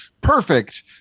perfect